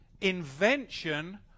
invention